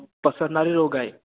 पसरणारे रोग आहे